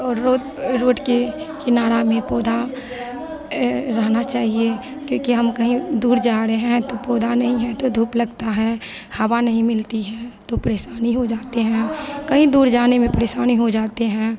और road road के किनारे में पौधा रहना चाहिए क्योंकि हम कहीं दूर जाने हैं तो पौधा नहीं है तो धूप लगता है हवा नहीं मिलती है तो परेशानी हो जाती है कहीं दूर जाने में परेशानी